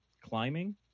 climbing